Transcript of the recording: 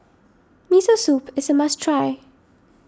Miso Soup is a must try